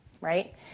right